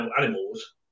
animals